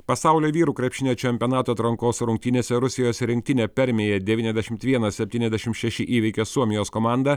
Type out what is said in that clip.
pasaulio vyrų krepšinio čempionato atrankos rungtynėse rusijos rinktinė permėje devyniasdešimt vienas septyniasdešimt šeši įveikė suomijos komandą